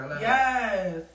yes